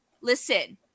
listen